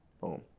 Boom